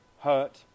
hurt